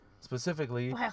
specifically